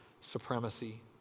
supremacy